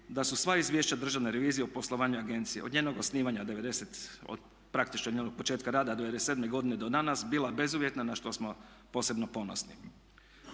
da su sva izvješća Državne revizije o poslovanju agencije, od njenog osnivanja praktički od njenog početka rada '97. godine do danas bila bezuvjetna na što smo posebno ponosni.